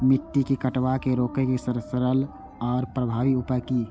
मिट्टी के कटाव के रोके के सरल आर प्रभावी उपाय की?